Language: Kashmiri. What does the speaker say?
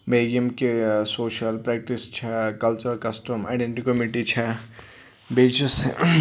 بیٚیہِ یِم کہِ سوشَل پریٚکٹِس چھَ کَلچَر کَسٹَم اَڈٔنٹی کمیٖٹی چھےٚ بیٚیہِ چھس